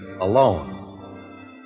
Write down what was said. alone